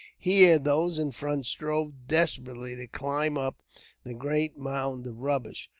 here, those in front strove desperately to climb up the great mound of rubbish,